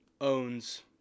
owns